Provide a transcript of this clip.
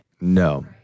No